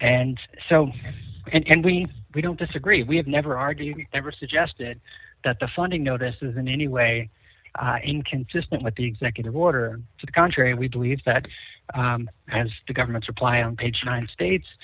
and so yes and we we don't disagree we have never argued we never suggested that the funding notices in any way inconsistent with the executive order to the contrary we believe that as the government's reply on page nine states